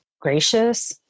gracious